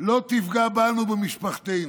לא תפגע בנו ובמשפחתנו.